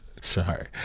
sorry